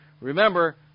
Remember